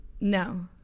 No